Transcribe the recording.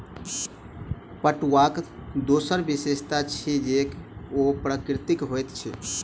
पटुआक दोसर विशेषता अछि जे ओ प्राकृतिक होइत अछि